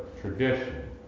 tradition